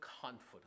confidence